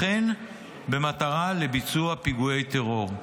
ובמטרה לבצע פיגועי טרור.